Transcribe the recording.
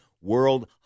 world